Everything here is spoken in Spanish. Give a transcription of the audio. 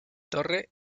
torre